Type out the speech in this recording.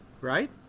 right